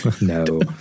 No